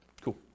Cool